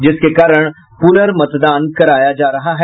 जिसके कारण पुर्नमतदान कराया जा रहा है